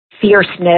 fierceness